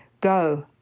Go